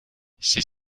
c’est